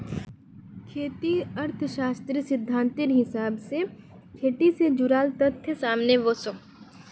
कृषि अर्थ्शाश्त्रेर सिद्धांतेर हिसाब से खेटी से जुडाल तथ्य सामने वोसो